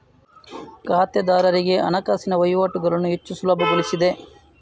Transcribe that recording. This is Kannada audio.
ಖಾತೆದಾರರಿಗೆ ಹಣಕಾಸಿನ ವಹಿವಾಟುಗಳನ್ನು ಹೆಚ್ಚು ಸುಲಭಗೊಳಿಸಿದೆ